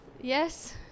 Yes